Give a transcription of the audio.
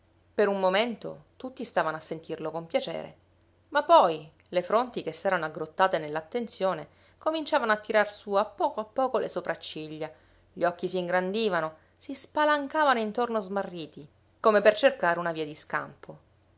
per un momento tutti stavano a sentirlo con piacere ma poi le fronti che s'erano aggrottate nell'attenzione cominciavano a tirar su a poco a poco le sopracciglia gli occhi si ingrandivano si spalancavano intorno smarriti come per cercare una via di scampo